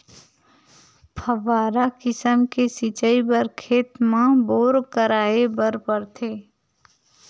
फव्हारा किसम के सिचई बर खेत म बोर कराए बर परथे